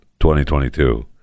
2022